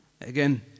again